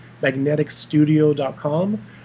magneticstudio.com